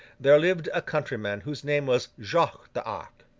there lived a countryman whose name was jacques d'arc.